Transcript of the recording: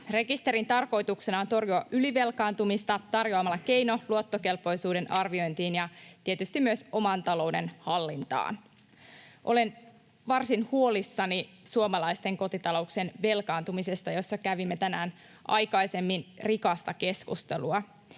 Rekisterin tarkoituksena on torjua ylivelkaantumista tarjoamalla keino luottokelpoisuuden arviointiin ja tietysti myös oman talouden hallintaan. Olen varsin huolissani suomalaisten kotitalouksien velkaantumisesta, josta kävimme tänään aikaisemmin rikasta keskustelua.